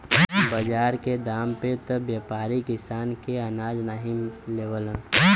बाजार के दाम पे त व्यापारी किसान के अनाज नाहीं लेवलन